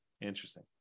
Interesting